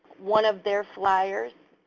one of their flyers.